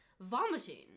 Vomiting